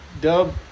Dub